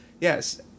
yes